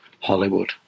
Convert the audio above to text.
Hollywood